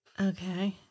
Okay